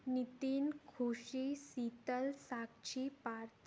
Nitin Khushi Sheetal Sakshi Partha